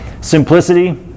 Simplicity